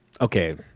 Okay